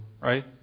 right